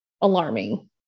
alarming